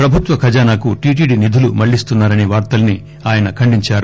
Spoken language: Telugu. ప్రభుత్వ ఖజానాకు టిటిడి నిధులు మళ్ళిస్తున్నారసే వార్తల్స్ ఆయన ఖండించారు